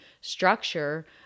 structure